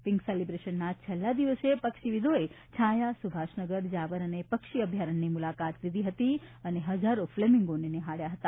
pink સેલીબ્રેશનના છેલ્લા દિવસે પક્ષીવિદોએ છાંયા સુભાષનગર જાવર અને પક્ષી અભ્યારણ્યની મુલાકાત લીધી હતી અને હજારો ફ્લેર્મીગોને નિહાળ્યા હતા